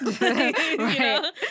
Right